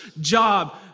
job